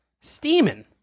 steaming